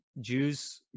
Jews